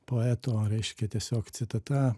poeto reiškia tiesiog citata